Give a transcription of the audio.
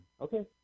Okay